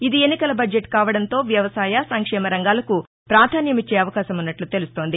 ఇది ఎన్నికల బడ్జెట్ కావడంతో వ్యవసాయ సంక్షేమ రంగాలకు పాధాన్యమిచ్చే అవకాశమున్నట్లు తెలుస్తోంది